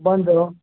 ಬಂದು